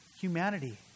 humanity